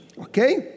Okay